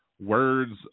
words